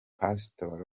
pasitori